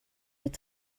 mit